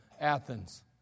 Athens